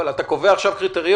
אבל אתה קובע עכשיו קריטריון.